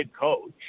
coach